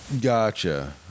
Gotcha